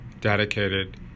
dedicated